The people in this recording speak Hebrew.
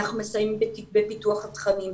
אנחנו מסייעים בפיתוח התכנים,